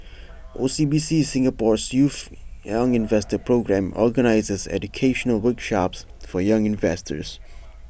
O C B C Singapore's youth young investor programme organizes educational workshops for young investors